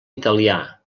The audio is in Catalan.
italià